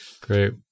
Great